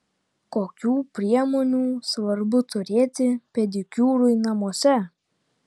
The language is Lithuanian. kokių priemonių svarbu turėti pedikiūrui namuose